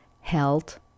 health